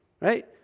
Right